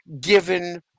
given